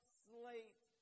slate